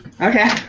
Okay